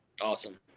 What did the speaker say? Awesome